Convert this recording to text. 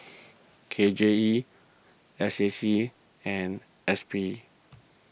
K J E S A C and S P